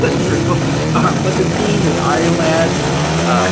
that's pretty cool but the team is ireland